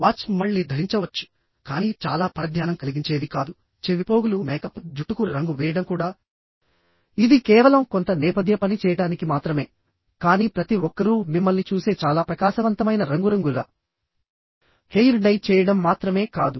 watch మళ్ళీ ధరించవచ్చుకానీ చాలా పరధ్యానం కలిగించేది కాదు చెవిపోగులుమేకప్ జుట్టుకు రంగు వేయడం కూడాఇది కేవలం కొంత నేపథ్య పని చేయడానికి మాత్రమే కానీ ప్రతి ఒక్కరూ మిమ్మల్ని చూసే చాలా ప్రకాశవంతమైన రంగురంగుల హెయిర్ డై చేయడం మాత్రమే కాదు